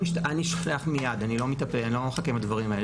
אני שולח מיד, אני לא מחכה עם הדברים האלה.